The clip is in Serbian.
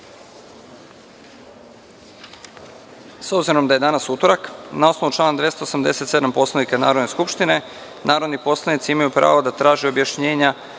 obzirom da je danas utorak, na osnovu člana 287. Poslovnika Narodne skupštine narodni poslanici imaju pravo da traže objašnjenja